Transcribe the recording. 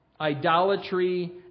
Idolatry